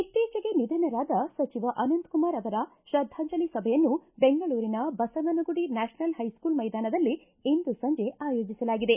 ಇತ್ತೀಚೆಗೆ ನಿಧನರಾದ ಸಚಿವ ಅನಂತಕುಮಾರ್ ಅವರ ತ್ರದ್ದಾಂಜಲಿ ಸಭೆಯನ್ನು ಬೆಂಗಳೂರಿನ ಬಸವನಗುಡಿ ನ್ಯಾಷನಲ್ ಹೈಸ್ಕೂಲ್ ಮೈದಾನದಲ್ಲಿ ಇಂದು ಸಂಜೆ ಆಯೋಜಿಸಲಾಗಿದೆ